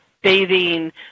bathing